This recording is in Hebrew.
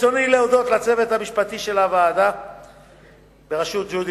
ברצוני להודות לצוות המשפטי של הוועדה בראשות ג'ודי